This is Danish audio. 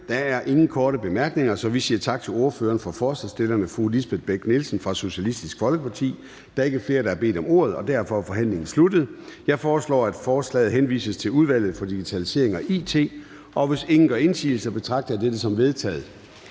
Der er ingen korte bemærkninger, så vi siger tak til ordføreren for forslagsstillerne, fru Lisbeth Bech-Nielsen fra Socialistisk Folkeparti. Der er ikke flere, der har bedt om ordet, og derfor er forhandlingen sluttet. Jeg foreslår at forslaget til folketingsbeslutning henvises til Udvalget for Digitalisering og It. Og hvis ingen gør indsigelse, betragter jeg dette som vedtaget.